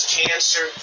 cancer